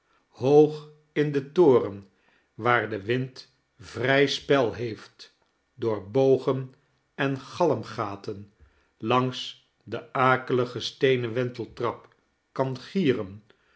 hoog in de n toren waar de wind vrij spel lueeft door bogen en galmgatein langs de akelige steenen weiiteltrap kan gieren